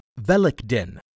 Velikdin